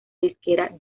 disquera